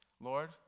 Lord